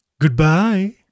goodbye